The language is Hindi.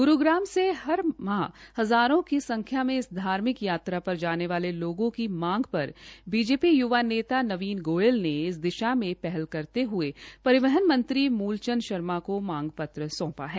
गुरूग्राम से हर माह हज़ारों की संख्या में इस धार्मिक यात्रा पर जाने वाले लोगों की मोंग पर बीजेपी य्वा नेता नवीन गोयल ने इस दिशा मे पहल करते हये परिवहन मंत्री मूलचंद शर्मा को यह मांग पत्र सौंपा है